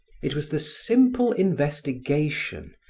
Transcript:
it was the simple investigation,